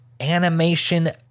animation